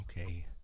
okay